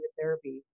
therapy